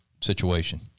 situation